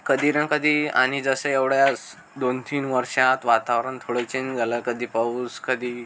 कधी ना कधी आणि जसे एवढ्याच दोनतीन वर्षात वातावरण थोडं चेन झालं कधी पाऊस कधी